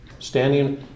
standing